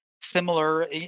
similar